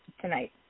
tonight